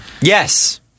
Yes